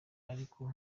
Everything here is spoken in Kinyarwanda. ariko